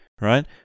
right